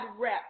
rep